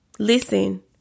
Listen